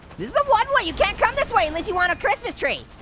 this is a one-way, you can't come this way unless you want a christmas tree.